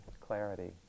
clarity